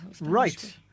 Right